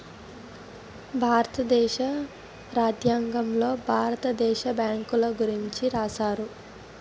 భారతదేశ రాజ్యాంగంలో భారత దేశ బ్యాంకుల గురించి రాశారు